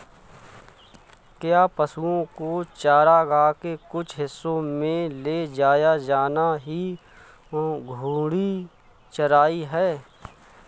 क्या पशुओं को चारागाह के कुछ हिस्सों में ले जाया जाना ही घूर्णी चराई है?